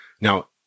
Now